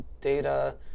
data